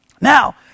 Now